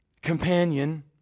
companion